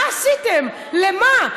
מה עשיתם, למה?